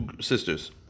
sisters